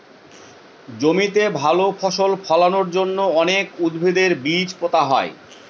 জমিতে ভালো ফসল ফলানোর জন্য অনেক উদ্ভিদের বীজ পোতা হয়